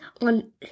on